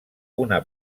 una